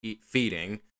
feeding